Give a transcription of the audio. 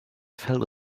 fell